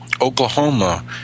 Oklahoma